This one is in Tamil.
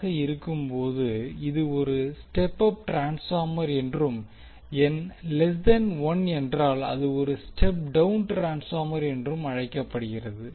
ஆக இருக்கும்போது இது ஒரு ஸ்டெப் அப் ட்ரான்ஸ்பார்மர் என்றும்என்றால் அது ஒரு ஸ்டெப் டௌன் ட்ரான்ஸ்பார்மர் என்றும் அழைக்கப்படுகிறது